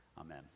amen